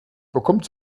bekommt